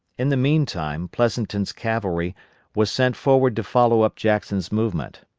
in the mean time pleasonton's cavalry was sent forward to follow up jackson's movement.